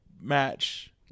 match